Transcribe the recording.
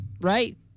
right